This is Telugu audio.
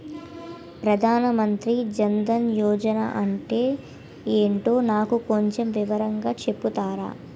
ప్రధాన్ మంత్రి జన్ దన్ యోజన అంటే ఏంటో నాకు కొంచెం వివరంగా చెపుతారా?